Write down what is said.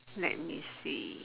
let me see